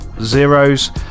zeros